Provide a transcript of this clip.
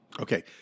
Okay